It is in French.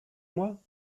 moi